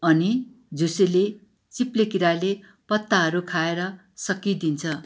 अनि झुसुले चिप्लेकिराले पत्ताहरू खाएर सक्किदिन्छ